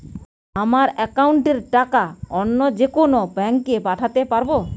আমার একাউন্টের টাকা অন্য যেকোনো ব্যাঙ্কে পাঠাতে পারব?